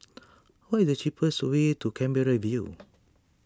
what is the cheapest way to Canberra View